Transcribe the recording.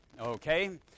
okay